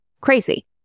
crazy